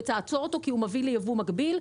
תעקר אותו כי הוא מביא לייבוא מקביל,